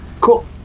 Cool